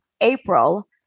April